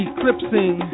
Eclipsing